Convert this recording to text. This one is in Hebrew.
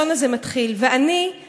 ואני חשבתי,